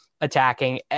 attacking